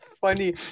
funny